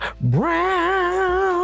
brown